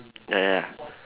ya ya